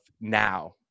now